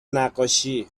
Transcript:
نقاشی